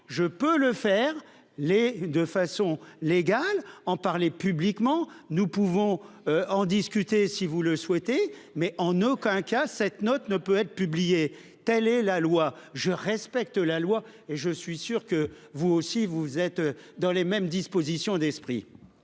je peux le faire les de façon légale en parler publiquement. Nous pouvons. En discuter si vous le souhaitez, mais en aucun cas cette note ne peut être publié. Telle est la loi. Je respecte la loi et je suis sûr que vous aussi vous êtes dans les mêmes dispositions d'esprit.